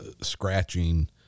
scratching